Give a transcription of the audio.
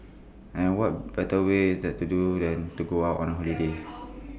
and what better way is there to do than to go out on A holiday